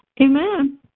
Amen